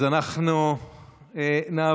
אז אנחנו נעבור